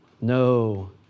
No